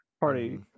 party